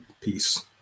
Peace